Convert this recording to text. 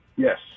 yes